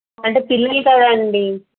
అంటే పిల్లలు కదా అండి